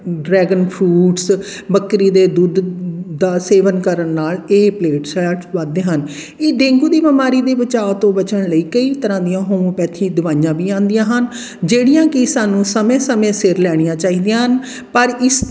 dragon fruits ਬੱਕਰੀ ਦੇ ਦੁੱਧ ਦਾ ਸੇਵਨ ਕਰਨ ਨਾਲ ਇਹ ਪਲੇਟਲੈਟਸ ਵੱਧਦੇ ਹਨ ਇਹ ਡੇਂਗੂ ਦੀ ਬਿਮਾਰੀ ਦੇ ਬਚਾਉ ਤੋਂ ਬਚਣ ਲਈ ਕਈ ਤਰ੍ਹਾਂ ਦੀਆਂ ਹੋਮੋਪੈਥੀ ਦਵਾਈਆਂ ਵੀ ਆਉਂਦੀਆਂ ਹਨ ਜਿਹੜੀਆਂ ਕਿ ਸਾਨੂੰ ਸਮੇਂ ਸਮੇਂ ਸਿਰ ਲੈਣੀਆਂ ਚਾਹੀਦੀਆਂ ਹਨ ਪਰ ਇਸ